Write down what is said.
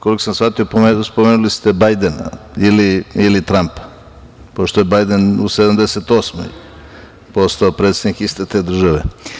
Koliko sam shvatio spomenuli ste Bajdena ili Trampa, pošto je Bajden u 78 godini postao predsednik iste te države.